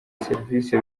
serivisi